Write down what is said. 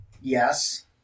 Yes